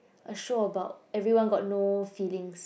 a show about everyone got no feelings